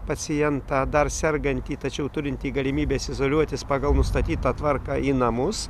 pacientą dar sergantį tačiau turintį galimybes izoliuotis pagal nustatytą tvarką į namus